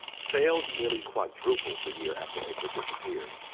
sales nearly quadrupled the year after egbert disappeared.